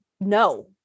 no